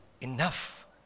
enough